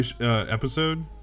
episode